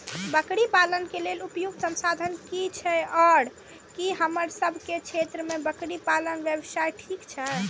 बकरी पालन के लेल उपयुक्त संसाधन की छै आर की हमर सब के क्षेत्र में बकरी पालन व्यवसाय ठीक छै?